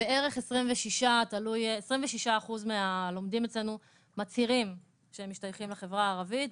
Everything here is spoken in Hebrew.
26% מהלומדים אצלנו מצהירים שהם משתייכים לחברה הערבית.